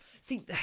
see